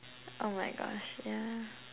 oh my gosh yeah